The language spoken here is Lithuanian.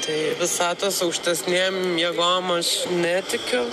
tai visatos aukštesnėm jėgom aš netikiu